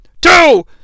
two